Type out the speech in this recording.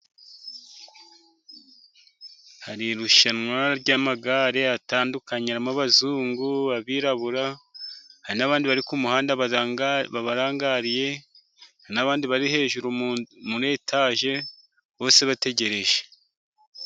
Hari irushanwa ry'amagare atandukanye harimo abazungu, abirabura, hari n'abandi bari ku muhanda babarangariye, n'abandi bari hejuru muri etaje, bose bategereje.